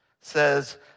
says